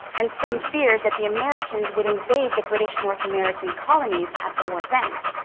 and some feared that the americans would invade the british north american colonies at the war's end.